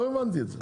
לא הבנתי את זה.